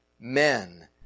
Men